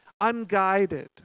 unguided